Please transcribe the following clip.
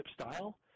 style